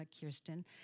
Kirsten